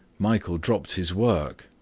michael dropped his work,